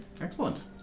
Excellent